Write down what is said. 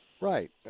Right